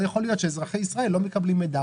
לא יכול להיות שאזרחי ישראל לא מקבלים מידע,